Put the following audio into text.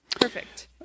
Perfect